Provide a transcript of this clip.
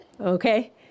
Okay